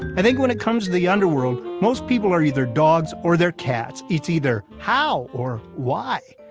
i think when it comes to the underworld, most people are either dogs or they're cats. it's either how, or why.